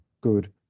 good